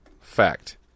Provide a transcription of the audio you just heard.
fact